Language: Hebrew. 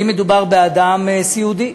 אם מדובר באדם סיעודי,